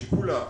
שכולם,